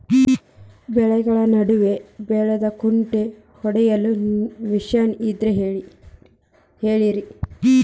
ಬೆಳೆಗಳ ನಡುವೆ ಬದೆಕುಂಟೆ ಹೊಡೆಯಲು ಮಿಷನ್ ಇದ್ದರೆ ಹೇಳಿರಿ